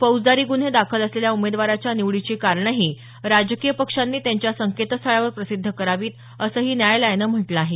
फौजदारी गुन्हे दाखल असलेल्या उमेदवाराच्या निवडीची कारणंही राजकीय पक्षांनी त्यांच्या संकेतस्थळावर प्रसिद्ध करावीत असंही न्यायालयानं म्हटलं आहे